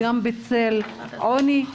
גם בצל עוני,